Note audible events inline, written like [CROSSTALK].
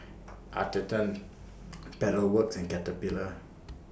[NOISE] Atherton Pedal Works and Caterpillar